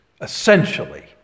essentially